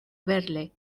verle